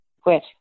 quit